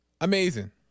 Amazing